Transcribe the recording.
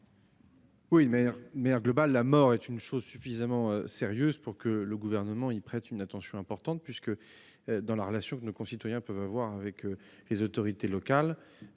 Gouvernement ? La mort est une chose suffisamment sérieuse pour que le Gouvernement y prête une attention toute particulière. Dans la relation que nos concitoyens peuvent avoir avec les autorités locales,